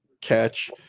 catch